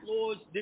Law's